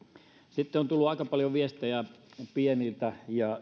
sitten on tullut aika paljon viestejä pien ja